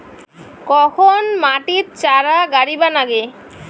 কখন মাটিত চারা গাড়িবা নাগে?